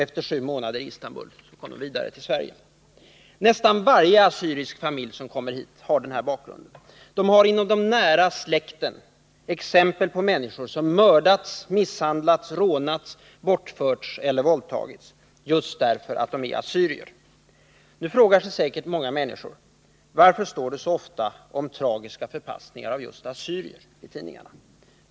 Efter sju månaders vistelse i Istanbul flydde de till Sverige. Nästan varje assyrisk familj som kommer till Sverige har den här bakgrunden: Nära släktingar har mördats, misshandlats, rånats, bortförts eller våldtagits — just därför att de är assyrier. Många människor frågar sig säkert: Varför står det så ofta i tidningarna om tragiska förpassningar av assyrier?